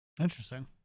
Interesting